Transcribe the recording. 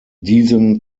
diesem